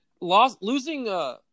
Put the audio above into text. losing